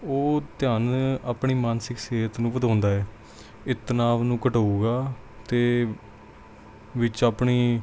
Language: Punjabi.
ਉਹ ਧਿਆਨ ਆਪਣੀ ਮਾਨਸਿਕ ਸਿਹਤ ਨੂੰ ਵਧਾਉਂਦਾ ਹੈ ਇਹ ਤਣਾਓ ਨੂੰ ਘਟਾਊਗਾ ਅਤੇ ਵਿੱਚ ਆਪਣੀ